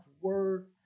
word